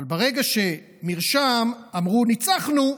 אבל ברגע ש"מרשם" אמרו: ניצחנו,